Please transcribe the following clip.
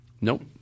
Nope